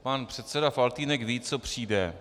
Pan předseda Faltýnek ví, co přijde.